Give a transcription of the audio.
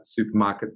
supermarkets